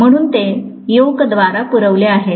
म्हणून ते योकद्वारे पुरवले आहे